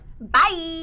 Bye